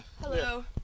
Hello